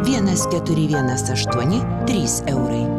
vienas keturi vienas aštuoni trys eurai